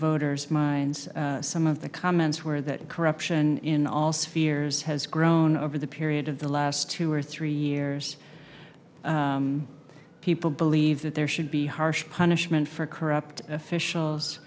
voters minds some of the comments where that corruption in all spheres has grown over the period of the last two or three years people believe that there should be harsh punishment for corrupt officials